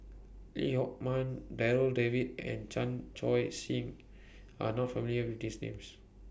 Lee Hock Moh Darryl David and Chan Choy Siong Are not familiar with These Names